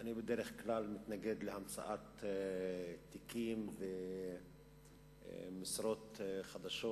בדרך כלל אני מתנגד להמצאת תיקים ומשרות חדשות.